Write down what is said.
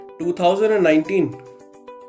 2019